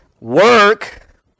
work